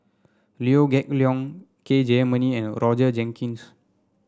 Liew Geok Leong K Jayamani and Roger Jenkins